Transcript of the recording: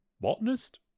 botanist